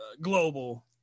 global